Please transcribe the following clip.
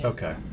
Okay